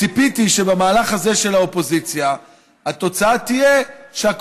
ציפיתי שבמהלך הזה של האופוזיציה התוצאה תהיה שגם